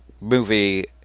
movie